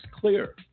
clear